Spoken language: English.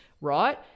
right